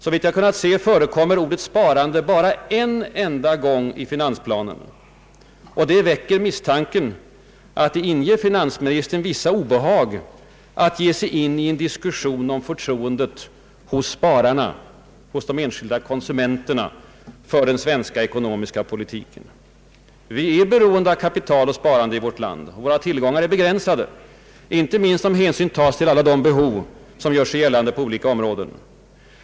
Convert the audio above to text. Såvitt jag kunnat se förekommer or det sparande bara en enda gång i finansplanen, och det väcker misstanken att det inger finansministern vissa obehag att ge sig in i en diskussion om förtroendet hos spararna och hos de enskilda konsumenterna för den svenska ekonomiska politiken. Vi är beroende av kapital och sparande i vårt land. Våra tillgångar är begränsade, inte minst om hänsyn tas till alla de behov som gör sig gällande på olika områden.